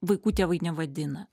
vaikų tėvai nevadina